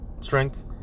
strength